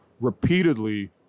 repeatedly